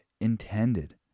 intended